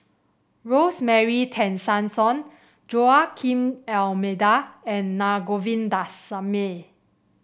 Rosemary Tessensohn Joaquim Almeida and Na Govindasamy